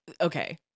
okay